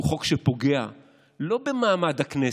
הוא חוק שפוגע לא במעמד הכנסת,